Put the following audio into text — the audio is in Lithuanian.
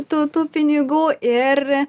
tų tų pinigų ir